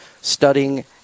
studying